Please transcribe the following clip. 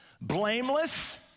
blameless